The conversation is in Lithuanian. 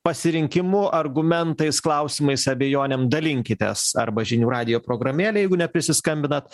pasirinkimu argumentais klausimais abejonėm dalinkitės arba žinių radijo programėlėj jeigu neprisiskambinat